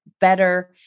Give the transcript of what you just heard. better